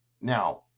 Now